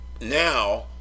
now